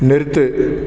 நிறுத்து